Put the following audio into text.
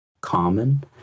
common